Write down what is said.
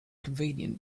convenient